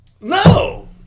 No